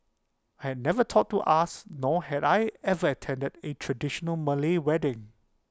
had never thought to ask nor had I ever attended A traditional Malay wedding